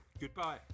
Goodbye